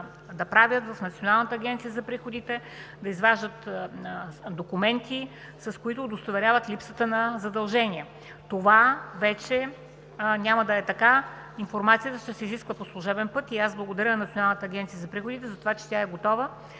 да правят в Националната агенция за приходите, да изваждат документи, с които удостоверяват липсата на задължения. Това вече няма да е така. Информацията ще се изисква по служебен път и аз благодаря на Националната агенция за приходите за това, че е готова